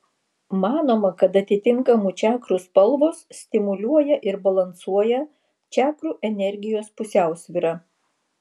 manoma kad atitinkamų čakrų spalvos stimuliuoja ir balansuoja čakrų energijos pusiausvyrą